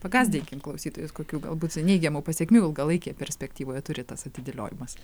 pagąsdinkim klausytojus kokių galbūt neigiamų pasekmių ilgalaikėje perspektyvoje turi tas atidėliojimas